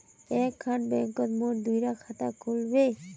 एक खान बैंकोत मोर दुई डा खाता खुल बे?